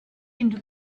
into